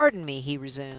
pardon me, he resumed,